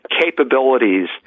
capabilities